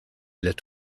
lived